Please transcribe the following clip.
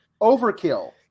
overkill